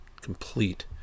complete